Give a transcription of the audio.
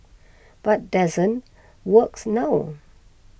but doesn't works now